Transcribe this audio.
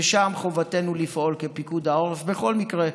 ושם חובתנו לפעול כפיקוד העורף בכל מקרה,